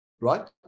right